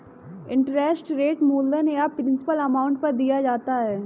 interest rate मूलधन या principal amount पर दिया जाता है